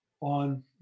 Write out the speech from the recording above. on